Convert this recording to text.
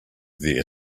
there